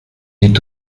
est